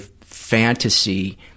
fantasy